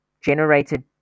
generated